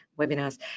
webinars